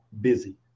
busy